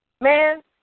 Man